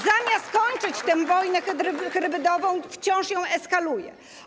Zamiast kończyć tę wojnę hybrydową, wciąż ją eskaluje.